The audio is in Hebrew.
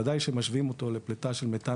ודאי שמשווים אותו לפליטה של מתאן